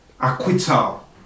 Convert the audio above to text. acquittal